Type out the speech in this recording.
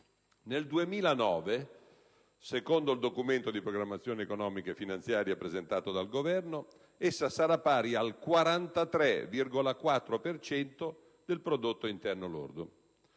nel 2009, secondo il Documento di programmazione economico-finanziaria presentato dal Governo, essa sarà pari al 43,4 per cento del prodotto interno lordo.